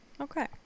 Okay